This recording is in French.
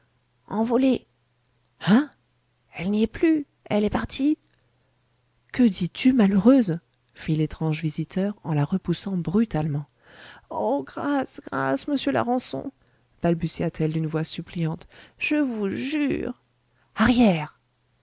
envolée hein elle n'y est plus elle est partie que dis-tu malheureuse fit l'étrange visiteur en la repoussant brutalement oh grâce grâce monsieur larençon balbutia-t-elle d'une voix suppliante je vous jure